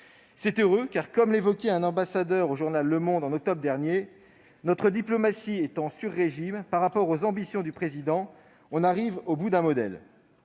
C'est heureux, car, comme le disait un ambassadeur au journal en octobre dernier, « notre diplomatie est en surrégime par rapport aux ambitions du président. On arrive au bout d'un modèle